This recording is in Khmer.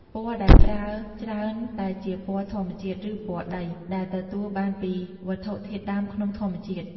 ពណ៌ដែលប្រើច្រើនតែជាពណ៌ធម្មជាតិ ឬពណ៌ដី ដែលទទួលបានពីវត្ថុធាតុដើមក្នុងធម្មជាតិ។